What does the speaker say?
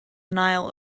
nile